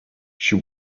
she